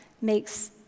makes